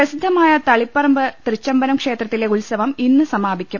പ്രസിദ്ധമായ തളിപ്പറമ്പ് തൃച്ചംമ്പരം ക്ഷേത്രത്തിലെ ഉത്സവം ഇന്ന് സമാപിക്കും